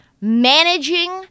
managing